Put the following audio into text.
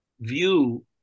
view